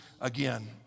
again